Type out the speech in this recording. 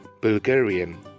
Bulgarian